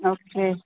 okay